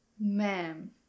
Ma'am